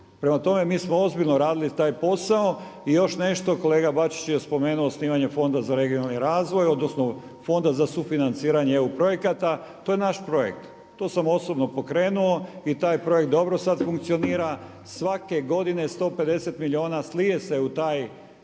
Prema tome, mi smo ozbiljno radili taj posao. I još nešto, kolega Bačić je spomenuo osnivanje Fonda za regionalni razvoj, odnosno Fonda za sufinanciranje EU projekata. To je naš projekt, to sam osobno pokrenuo i taj projekt dobro sad funkcionira. Svake godine 150 milijuna slije se u taj fond